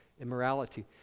immorality